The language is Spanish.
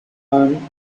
ann